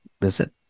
visit